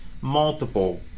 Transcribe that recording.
multiple